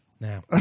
Now